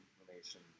information